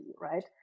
right